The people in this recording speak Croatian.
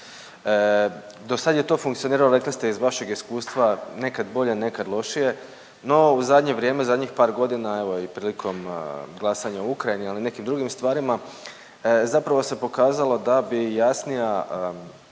Do sad je to funkcioniralo rekli ste iz vašeg iskustva nekad bolje, nekad lošije. No u zadnje vrijeme, zadnjih par godina evo i prilikom glasanja o Ukrajini, ali i nekim drugim stvarima zapravo se pokazalo da bi jasnija